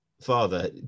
father